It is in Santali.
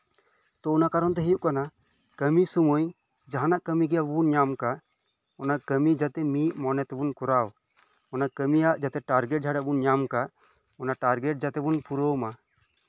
ᱛᱚ ᱚᱱᱟ ᱠᱟᱨᱚᱱ ᱫᱚ ᱦᱳᱭᱳᱜ ᱠᱟᱱᱟ ᱠᱟᱹᱢᱤ ᱥᱳᱢᱳᱭ ᱡᱟᱦᱟᱱᱟᱜ ᱠᱟᱹᱢᱤ ᱜᱮ ᱟᱵᱚ ᱵᱚᱱ ᱧᱟᱢ ᱟᱠᱟᱫ ᱚᱱᱟ ᱠᱟᱹᱢᱤᱜᱮ ᱡᱟᱛᱮ ᱢᱤᱫ ᱢᱚᱱᱮ ᱛᱮᱵᱚᱱ ᱠᱚᱨᱟᱣ ᱚᱱᱟ ᱠᱟᱹᱢᱤ ᱨᱮᱭᱟᱜ ᱴᱟᱨᱜᱮᱴ ᱡᱟᱦᱟᱸᱴᱟᱜ ᱵᱚᱱ ᱧᱟᱢ ᱠᱟᱜ ᱚᱱᱟ ᱴᱟᱨᱜᱮᱴ ᱡᱟᱛᱮ ᱵᱚᱱ ᱯᱩᱨᱟᱹᱣᱼᱢᱟ